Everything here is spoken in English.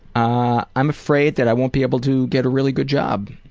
ah i'm afraid that i won't be able to get a really good job.